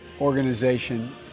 organization